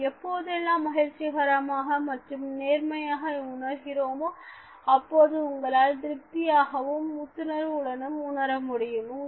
நாம் எப்போதெல்லாம் மகிழ்ச்சிகரமாக மற்றும் நேர்மறையாக உணர்கிறோமோ அப்பொழுது உங்களால்திருப்தியாகவும் புத்துணர்வு உடனும் உணரமுடியும்